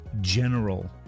general